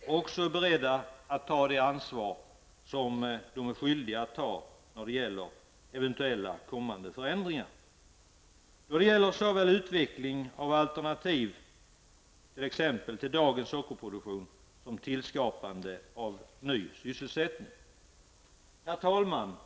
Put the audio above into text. är berett att ta det ansvar som man är skyldig att ta när det gäller eventuella kommande förändringar. Det gäller såväl utveckling av alternativ till dagens sockerproduktion som tillskapande av ny sysselsättning. Herr talman!